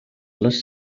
les